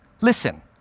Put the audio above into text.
Listen